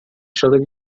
środek